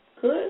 good